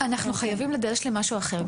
אנחנו חייבים להידרש למשהו אחר.